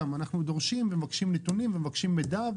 אנחנו דורשים ומבקשים נתונים ומבקשים מידע,